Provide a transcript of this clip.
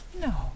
no